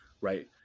right